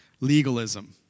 legalism